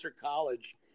college